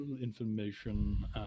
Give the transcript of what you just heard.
information